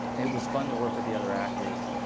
it was fun to work with the other actors.